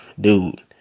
dude